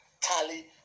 tally